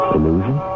Illusion